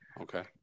okay